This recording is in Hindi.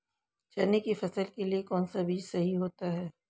चने की फसल के लिए कौनसा बीज सही होता है?